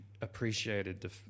appreciated